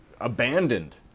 abandoned